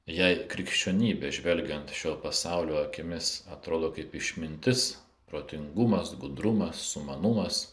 jei krikščionybė žvelgiant šio pasaulio akimis atrodo kaip išmintis protingumas gudrumas sumanumas